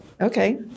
okay